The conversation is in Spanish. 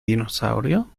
dinosaurio